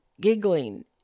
giggling